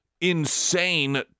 insane